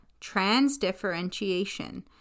transdifferentiation